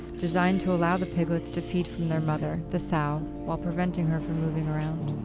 designed to allow the piglets to feed from their mother, the sow, while preventing her from moving around.